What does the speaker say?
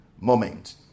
moment